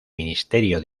ministerio